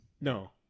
No